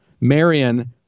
Marion